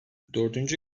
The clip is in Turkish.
dördüncü